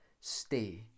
stay